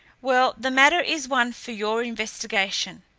well, the matter is one for your investigation.